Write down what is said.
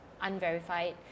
unverified